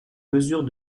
mesure